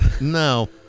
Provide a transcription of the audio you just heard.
No